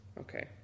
Okay